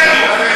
תת-רמה.